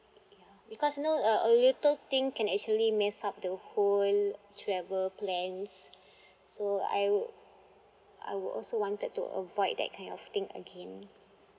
because you know uh a little thing can actually mess up the whole travel plans so I would I would also wanted to avoid that kind of thing again